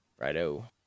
righto